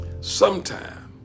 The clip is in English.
Sometime